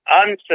answer